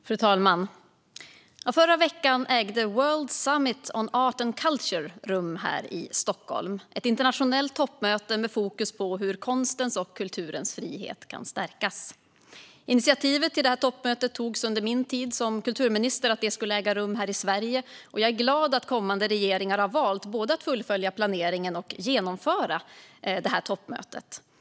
Fru talman! Förra veckan ägde World Summit on Arts and Culture rum här i Stockholm. Det är ett internationellt toppmöte med fokus på hur konstens och kulturens frihet kan stärkas. Initiativet till att detta toppmöte skulle äga rum här i Sverige togs under min tid som kulturminister. Jag är glad att efterkommande regeringar har valt att både fullfölja planeringen och genomföra detta toppmöte.